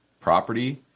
property